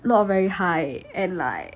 not very high and like